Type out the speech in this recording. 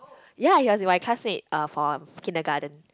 ya he was in my classmate uh for kindergarten